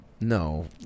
No